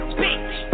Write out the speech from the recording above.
bitch